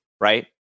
right